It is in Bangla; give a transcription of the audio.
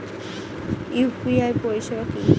ইউ.পি.আই পরিষেবা কি?